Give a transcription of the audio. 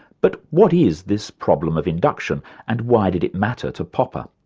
but what is this problem of induction and why did it matter to popper?